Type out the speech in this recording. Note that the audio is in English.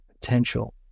potential